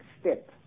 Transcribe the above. step